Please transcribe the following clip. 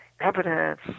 evidence